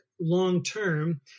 long-term